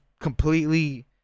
completely